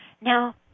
Now